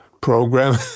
program